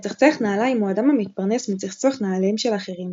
מצחצח נעליים הוא אדם המתפרנס מצחצוח נעליהם של אחרים.